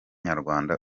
nyarwanda